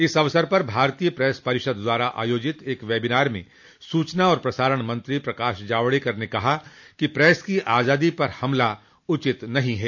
इस अवसर पर भारतीय प्रेस परिषद द्वारा आयोजित एक वेबिनार में सूचना और प्रसारण मंत्री प्रकाश जावड़ेकर ने कहा कि प्रेस की आज़ादी पर हमला उचित नहीं है